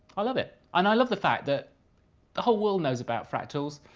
i love it. and i love the fact that the whole world knows about fractals,